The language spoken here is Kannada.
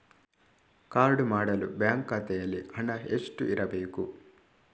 ಕಾರ್ಡು ಮಾಡಲು ಬ್ಯಾಂಕ್ ಖಾತೆಯಲ್ಲಿ ಹಣ ಎಷ್ಟು ಇರಬೇಕು?